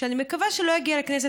שאני מקווה שלא יגיע לכנסת,